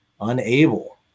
unable